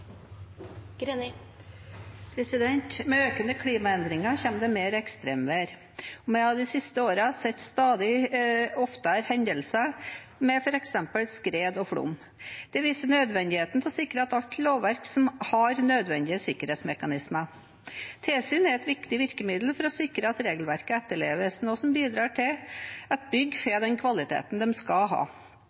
Med økende klimaendringer kommer det mer ekstremvær. Vi har de siste årene sett stadig oftere hendelser med f.eks. skred og flom. Det viser viktigheten av å sikre at alt lovverk har nødvendige sikkerhetsmekanismer. Tilsyn er et viktig virkemiddel for å sikre at regelverket etterleves, noe som bidrar til at bygg får den kvaliteten de skal ha.